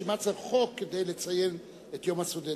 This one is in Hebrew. בשביל מה צריך חוק כדי לציין את יום הסטודנט?